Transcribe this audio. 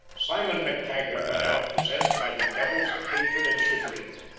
simon mactaggart went out possessed by the devils of hatred and chagrin.